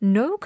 no